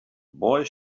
boy